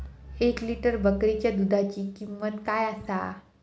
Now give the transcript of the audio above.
एक लिटर बकरीच्या दुधाची किंमत काय आसा?